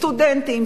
סטודנטים,